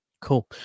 Cool